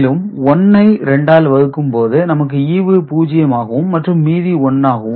மேலும் 1 ஐ 2 ஆல் வகுக்கும்போது நமக்கு ஈவு 0 ஆகவும் மற்றும் மீதி 1 ஆகும்